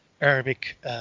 Arabic